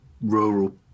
rural